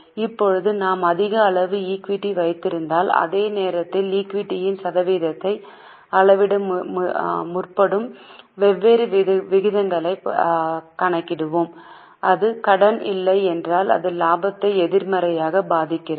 இப்போது நாம் அதிக அளவு ஈக்விட்டி வைத்திருந்தால் அதே நேரத்தில் ஈக்விட்டியின் சதவீதத்தை அளவிட முற்படும் வெவ்வேறு விகிதங்களை கணக்கிடுவோம் அது கடன் இல்லை என்றால் அது லாபத்தை எதிர்மறையாக பாதிக்கிறது